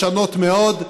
ישנות מאוד,